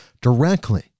directly